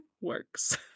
works